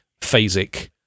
phasic